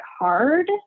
hard